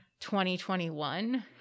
2021